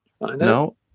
no